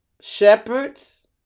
shepherds